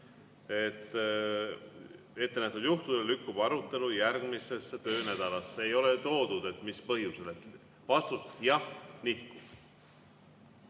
– ettenähtud juhtudel lükkub arutelu järgmisesse töönädalasse. Ei ole toodud, mis põhjusel. Vastus: jah, nihkub.